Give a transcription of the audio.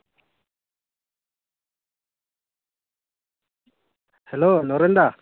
hello ᱱᱚᱨᱮᱱᱫᱟ